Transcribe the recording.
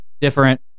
different